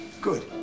Good